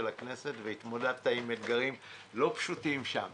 הכנסת והתמודדת עם אתגרים לא פשוטים שם,